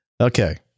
Okay